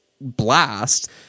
blast